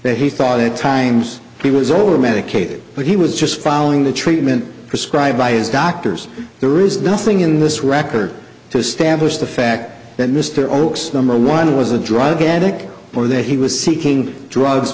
that he thought it times he was over medicated but he was just following the treatment prescribed by his doctors there is nothing in this record to establish the fact that mr oakes number one was a drug addict or that he was seeking drugs